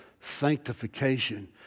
sanctification